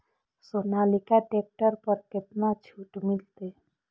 Sonalika tractor पर केतना छूट मिलते?